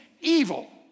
evil